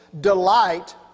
delight